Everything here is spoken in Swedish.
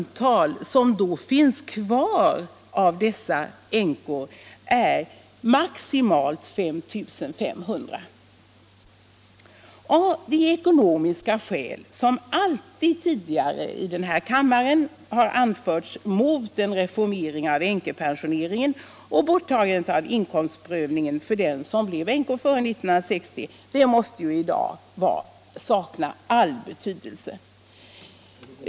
Då finns av dessa änkor maximalt 5 500 kvar! De ekonomiska skäl som alltid tidigare i riksdagen har anförts mot en reformering av änkepensioneringen och borttagande av inkomstprövningen för dem som blev änkor före 1960 måste i dag sakna all betydelse.